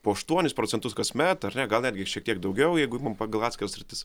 po aštuonis procentus kasmet ar ne gal netgi šiek tiek daugiau jeigu imam pagal atskiras sritis